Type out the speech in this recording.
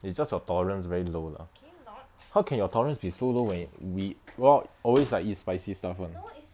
it's just your tolerance very low lah how can your tolerance be so low when we go out always like eat spicy stuff [one]